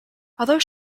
although